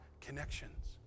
connections